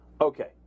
okay